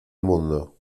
mundo